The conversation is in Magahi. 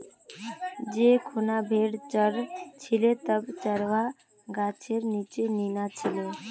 जै खूना भेड़ च र छिले तब चरवाहा गाछेर नीच्चा नीना छिले